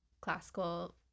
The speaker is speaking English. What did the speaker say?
classical